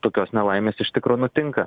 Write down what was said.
tokios nelaimės iš tikro nutinka